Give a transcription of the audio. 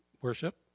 worship